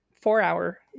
four-hour